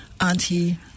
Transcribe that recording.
auntie